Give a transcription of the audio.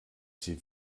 sie